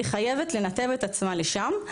היא חייבת לנתב את עצמה לשם,